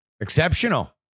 exceptional